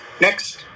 next